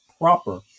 proper